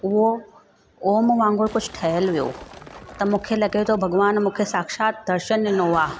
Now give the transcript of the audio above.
उहो ओम वांगुरु कुझु ठहियल हुओ त मूंखे लॻे थो भॻवान मूंखे साक्षात दर्शनु ॾिनो आहे